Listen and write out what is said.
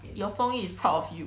your 中医 is proud of you